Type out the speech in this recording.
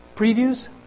previews